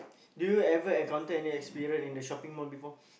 do you ever encounter any experience in the shopping mall before